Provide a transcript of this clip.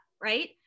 right